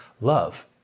love